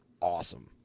awesome